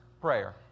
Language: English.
prayer